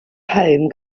home